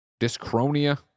Discronia